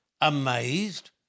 amazed